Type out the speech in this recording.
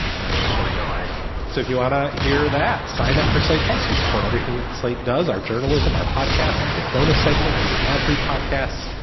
and i'm going to tell you guys all about it. so if you wanna hear that, sign up for slate. plus, you support everything that slate does. our journalism, our podcasts, you get bonus segments, you could add free podcasts.